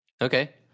Okay